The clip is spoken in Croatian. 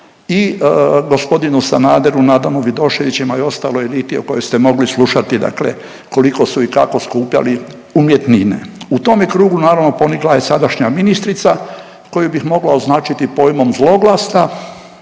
i gospodinu Sanaderu, Nadanu Vidoševiću i ostaloj eliti o kojoj ste mogli slušati dakle koliko su i kako skupljali umjetnine. U tome krugu naravno ponikla je sadašnja ministrica koju bih mogao označiti pojmom zloglasna,